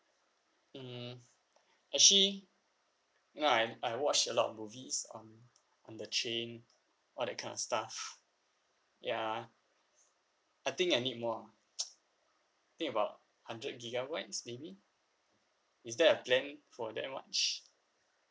mm actually you know I I watch a lot of movies on on the train all that kind of stuff ya I think I need more ah I think about hundred gigabytes maybe is there a plan for that much